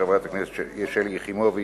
של חברת הכנסת שלי יחימוביץ